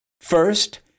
First